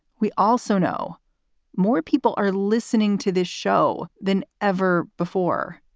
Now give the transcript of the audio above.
we also know more people are listening to this show than ever before.